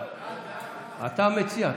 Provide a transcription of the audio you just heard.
אתה המציע.